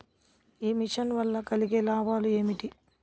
ఈ మిషన్ వల్ల కలిగే లాభాలు ఏమిటి?